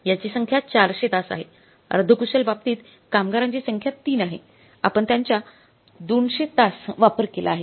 याची संख्या 400 तास आहे अर्ध कुशल बाबतीत कामगारांची संख्या ३ आहेआपण त्यांचा 200 तास वापर केला आहे